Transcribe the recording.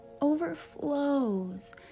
overflows